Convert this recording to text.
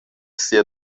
sia